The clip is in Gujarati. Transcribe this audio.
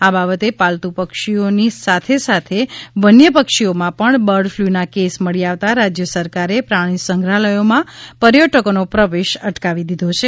આ બાબતે પાલતુ પક્ષીઓની સાથે સાથે વન્ય પક્ષીઓમાં પણ બર્ડફલૂના કેસ મળી આવતા રાજય સરકારે પ્રાણીસંગ્રાહલયોમાં પર્યટકોનો પ્રવેશ અટકાવી દીધો છે